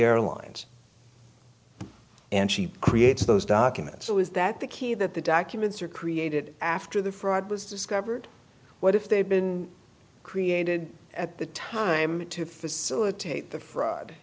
airlines and she creates those documents so is that the key that the documents are created after the fraud was discovered what if they'd been created at the time to facilitate the fraud